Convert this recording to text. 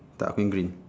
tak aku nya green